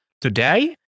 Today